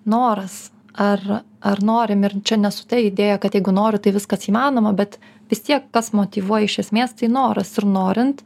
noras ar ar norim ir čia ne su ta idėja kad jeigu noriu tai viskas įmanoma bet vis tiek kas motyvuoja iš esmės tai noras ir norint